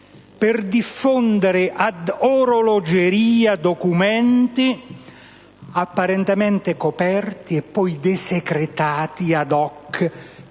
per diffondere ad orologeria documenti apparentemente coperti e poi desecretati *ad hoc*